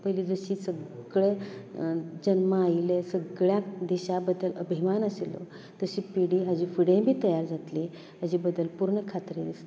पयली जशी सगळे जल्मा आयिल्ले सगळ्याक देशा बद्दल अभिमान आशिल्लो तशी पिढी हाजे फुडेय बी तयार जातली हेजे बद्दल पूर्ण खात्री दिसता